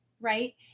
right